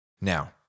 Now